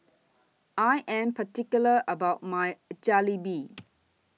I Am particular about My Jalebi